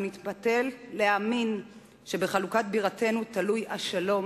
ונתפתה להאמין שבחלוקת בירתנו תלוי השלום,